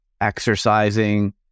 exercising